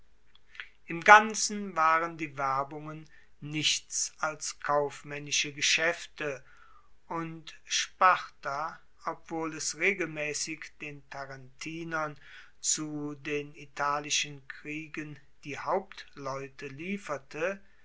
im ganzen waren die werbungen nichts als kaufmaennische geschaefte und sparta obwohl es regelmaessig den tarentinern zu den italischen kriegen die hauptleute lieferte